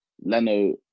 Leno